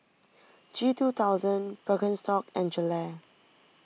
G two thousand Birkenstock and Gelare